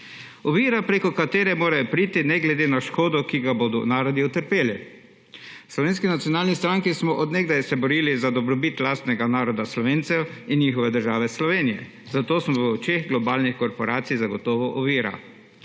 ovira, preko katere morajo priti, ne glede na škodo, ki jo bodo narodi utrpeli. V SNS smo od nekdaj se borili za dobrobit lastnega naroda Slovencev in njihove države Slovenije, zato smo v očeh globalnih korporacij zagotovo ovira.